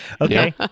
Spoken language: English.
okay